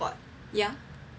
ya